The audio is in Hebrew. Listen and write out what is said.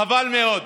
חבל מאוד.